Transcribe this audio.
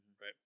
right